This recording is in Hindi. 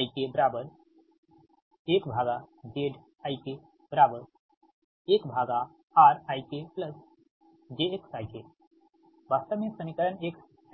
yik1zik1rikjxik वास्तव में समीकरण 1 है ठीक है